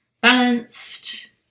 balanced